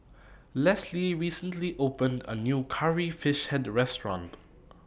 Leslie recently opened A New Curry Fish Head Restaurant